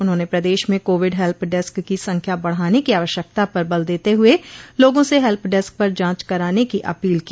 उन्होंने प्रदेश में कोविड हेल्प डेस्क की संख्या बढ़ाने की आवश्यकता पर बल देते हुए लोगों से हेल्प डेस्क पर जांच कराने की अपील की